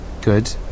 Good